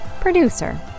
producer